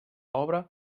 obra